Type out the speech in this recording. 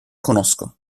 conosco